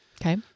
Okay